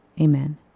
amen